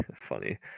Funny